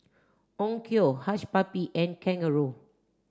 Onkyo Hush Puppy and kangaroo